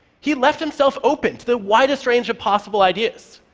he left himself open to the widest range of possible ideas.